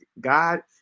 God